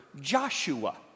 Joshua